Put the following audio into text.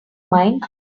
mind